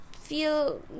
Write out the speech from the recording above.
feel